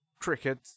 cricket